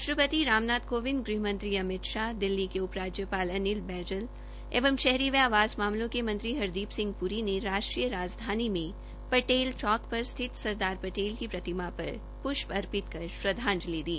राष्ट्रपति राम नाथ कोविंद ग़हमंत्री अमित शाह दिल्ली के उप राज्यपाल अनिल बैजल एवं शहरी व आवास मामलों के मंत्री हरदीप सिंह प्री ने राष्ट्रीय राजधानी में पटेल चौक पर स्थित सरदार पटेल की प्रतिमा पर प्ष्प अर्पित कर श्रद्वाजंलि दी